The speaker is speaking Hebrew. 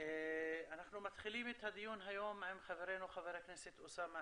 אנחנו מתחילים את הדיון היום עם חברנו חבר הכנסת אוסאמה